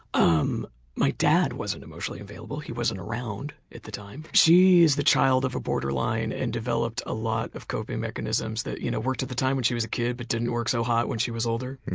um my dad wasn't emotionally available he wasn't around at the time. she's the child of a borderline and developed a lot of coping mechanisms that you know worked at the time when she was kid but didn't work so hot when she was older. and